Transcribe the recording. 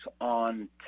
on